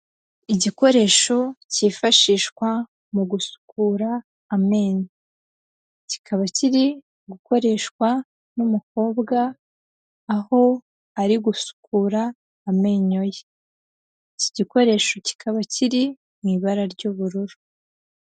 Igikoresho cyifashishwa mu gusukura amenyo, kikaba kiri gukoreshwa n'umukobwa, aho ari gusukura amenyo ye, iki gikoresho kikaba kiri mu ibara ry'ubururu.